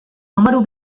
número